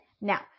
now